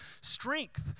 strength